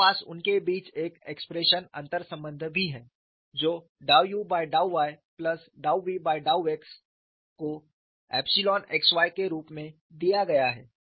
मेरे पास उनके बीच एक एक्सप्रेशन अंतर्संबंध भी है जो uyvx को एप्सिलॉन x y के रूप में दिया गया है